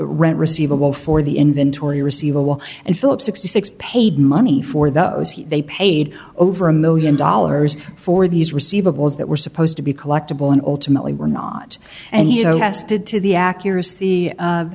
rent receivable for the inventory receivable and philip sixty six paid money for those they paid over a million dollars for these receivables that were supposed to be collectable and ultimately were not and he did to the accuracy of